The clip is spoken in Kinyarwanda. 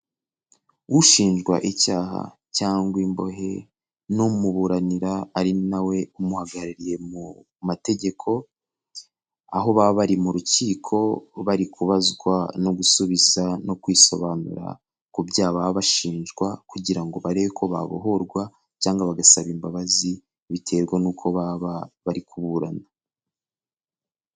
Ushinjwa icyaha cyangwa imbohe, n'umuburanira, ari na we umuhagarariye mu mategeko, aho baba bari mu rukiko bari kubazwa, no gusubiza, no kwisobanura ku byaha baba bashinjwa, kugira ngo barebe ko babohorwa cyangwa bagasaba imbabazi, biterwa n'uko baba bari kuburana.